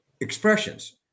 expressions